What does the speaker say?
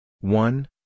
one